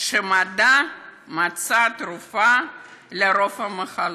המדע מצא תרופה לרוב המחלות,